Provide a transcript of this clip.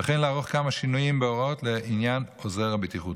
וכן לערוך כמה שינויים בהוראות לעניין עוזר הבטיחות.